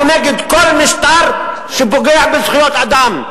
אנחנו נגד כל משטר שפוגע בזכויות אדם,